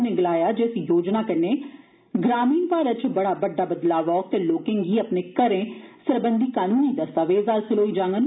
उनें गलाया जे इस योजना कन्ने ग्रामीण भारत इच बड़ा बड़डा बदलाव औग ते लोकें गी अपने घरें सरबंध कन्नी दस्तावेज हासिल होई जाडन